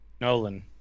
Nolan